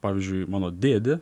pavyzdžiui mano dėdė